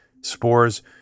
spores